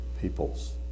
peoples